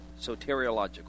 Soteriological